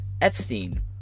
Epstein